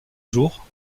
jours